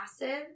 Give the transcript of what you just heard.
massive